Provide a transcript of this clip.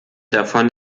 davon